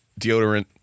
deodorant